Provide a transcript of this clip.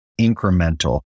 incremental